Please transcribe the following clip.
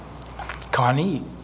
Connie